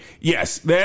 yes